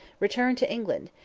returned to england,